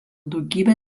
daugybę